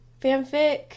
fanfic